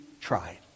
tried